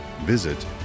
visit